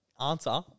answer